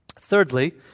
Thirdly